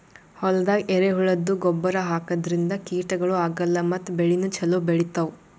ಹೊಲ್ದಾಗ ಎರೆಹುಳದ್ದು ಗೊಬ್ಬರ್ ಹಾಕದ್ರಿನ್ದ ಕೀಟಗಳು ಆಗಲ್ಲ ಮತ್ತ್ ಬೆಳಿನೂ ಛಲೋ ಬೆಳಿತಾವ್